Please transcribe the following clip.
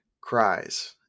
cries